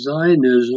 Zionism